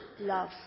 love